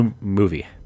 movie